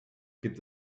gibt